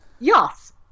Yes